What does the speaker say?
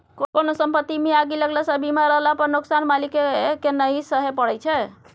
कोनो संपत्तिमे आगि लगलासँ बीमा रहला पर नोकसान मालिककेँ नहि सहय परय छै